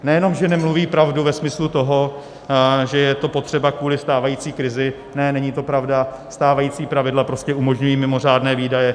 Nejenom že nemluví pravdu ve smyslu toho, že je to potřeba kvůli stávající krizi ne, není to pravda, stávající pravidla prostě umožňují mimořádné výdaje.